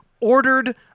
ordered